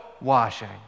washing